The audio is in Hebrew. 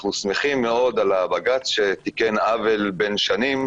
אנחנו שמחים מאוד על הבג"ץ שתיקן עוול בן שנים,